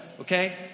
okay